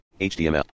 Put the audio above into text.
HTML